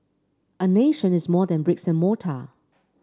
a nation is more than bricks and mortar